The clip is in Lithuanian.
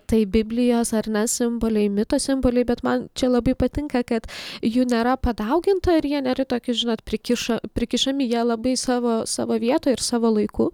tai biblijos ar ne simboliai mitų simboliai bet man čia labai patinka kad jų nėra padauginta ir jie nėra tokie žinot prikišo prikišami jie labai savo savo vietoje ir savo laiku